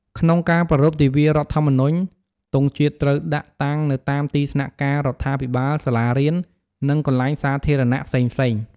ក្នុងការប្រារព្ធទិវារដ្ឋធម្មនុញ្ញ ទង់ជាតិត្រូវដាក់តាំងនៅតាមទីស្នាក់ការរដ្ឋាភិបាល សាលារៀន និងកន្លែងសាធារណៈផ្សេងៗ។